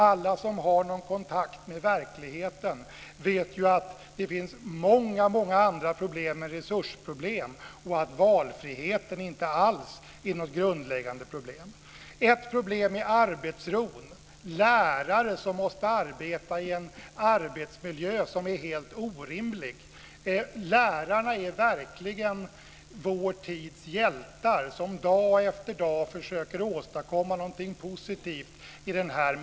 Alla som har någon kontakt med verkligheten vet att det finns många andra problem än resursproblem och att valfriheten inte alls är något grundläggande problem. Ett problem är arbetsron. Lärare måste arbeta i en arbetsmiljö som är helt orimlig. Lärarna är verkligen vår tids hjältar som dag efter dag försöker åstadkomma någonting positivt i den miljön.